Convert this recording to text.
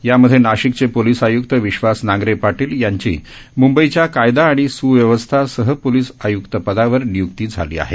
यामध्ये नाशिकचे पोलिस आय्क्त विश्वास नांगरे पाटील यांची मुंबईच्या कायदा आणि सुव्यवस्था सहपोलिस आय्क्त पदावर निय्क्ती झाली आहे